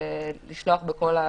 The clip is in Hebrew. לשלוח בכל הכיוונים,